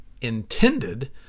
intended